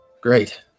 great